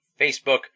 Facebook